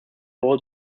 wall